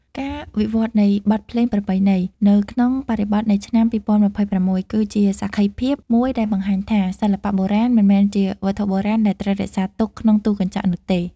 ការវិវត្តនៃបទភ្លេងប្រពៃណី នៅក្នុងបរិបទនៃឆ្នាំ ២០២៦ គឺជាសក្ខីភាពមួយដែលបង្ហាញថា សិល្បៈបុរាណមិនមែនជាវត្ថុបុរាណដែលត្រូវរក្សាទុកក្នុងទូកញ្ចក់នោះទេ។